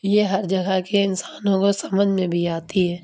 یہ ہر جگہ کے انسانوں کو سمجھ میں بھی آتی ہے